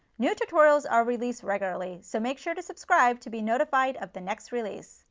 new tutorials are released regularly. so make sure to subscribe to be notified of the next release.